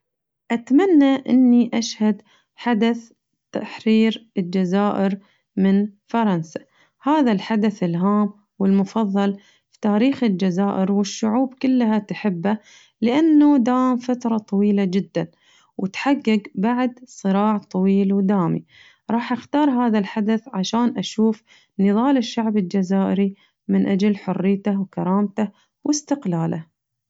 أتمنى إني أشهد حدث تحرير الجزائر من فرنسا، هذا الحدث الهام والمفضل في تاريخ الجزائر والشعوب كلها تحبه لأنو دام فترة طويلة جداً وتحقق بعد صراع طويل ودامي راح أختار هذا الحدث عشان أشوف نضال الشعب الجزائري من أجل حريته وكرامته واستقلاله.